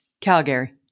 Calgary